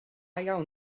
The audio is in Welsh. iawn